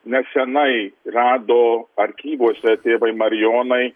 nesenai rado archyvuose tėvai marijonai